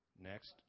Next